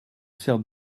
sers